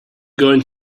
going